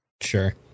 Sure